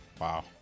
Wow